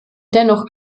dennoch